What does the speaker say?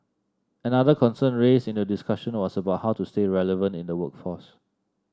another concern raised in the discussion was about how to stay relevant in the workforce